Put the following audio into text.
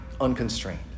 unconstrained